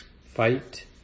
Fight